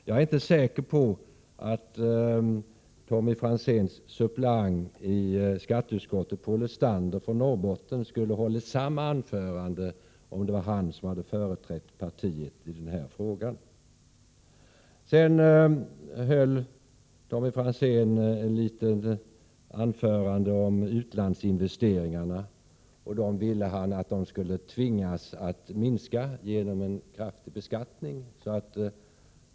Jag är inte säker på att Tommy Franzéns suppleant i skatteutskottet, Paul Lestander från Norrbotten, skulle ha hållit samma anförande om han hade företrätt partiet i denna fråga. Tommy Franzén gjorde också ett litet inlägg om utlandsinvesteringarna, och han ville att de skulle minskas genom en kraftig beskattning.